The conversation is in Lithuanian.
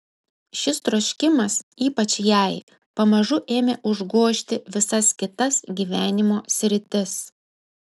šis troškimas ypač jai pamažu ėmė užgožti visas kitas gyvenimo sritis